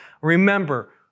remember